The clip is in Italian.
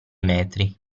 metri